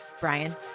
Brian